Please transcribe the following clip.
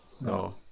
No